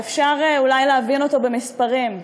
ואפשר אולי להבין אותו במספרים.